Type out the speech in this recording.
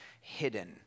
hidden